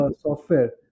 software